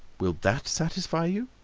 will that satisfy you?